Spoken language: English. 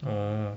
oo